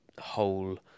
whole